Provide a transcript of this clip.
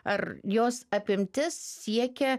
ar jos apimtis siekia